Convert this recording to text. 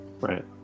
Right